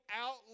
out